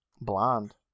blonde